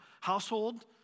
household